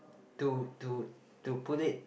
to to to put it